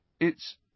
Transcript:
It's—